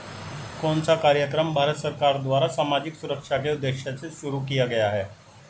कौन सा कार्यक्रम भारत सरकार द्वारा सामाजिक सुरक्षा के उद्देश्य से शुरू किया गया है?